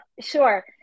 sure